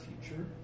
future